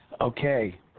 Okay